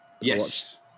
yes